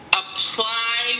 apply